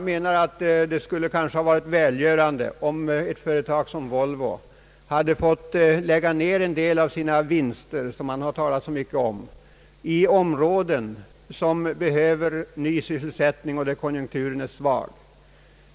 Det skulle kanske ha varit välgörande om ett sådant företag som Volvo hade fått lägga ned en del av sina vinster, som det talats så mycket om, i konjunktursvaga områden, där nya sysselsättningstillfällen = behövs.